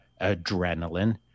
adrenaline